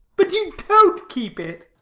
but you don't keep it.